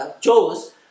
chose